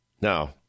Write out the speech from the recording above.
now